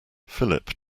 philip